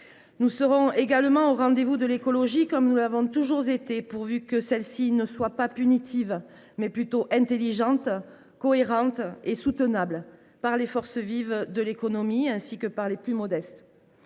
Nous serons également au rendez vous de l’écologie, comme nous l’avons toujours été, pourvu que celle ci soit non pas punitive, mais plutôt intelligente, cohérente et soutenable pour les forces vives de notre économie ainsi que pour les plus modestes.